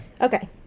Okay